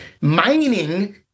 mining